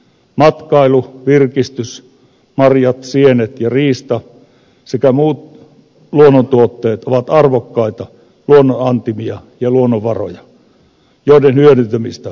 matkailu virkistys marjat sienet ja riista sekä muut luonnontuotteet ovat arvokkaita luonnonantimia ja luonnonvaroja joiden hyödyntämistä voi tehostaa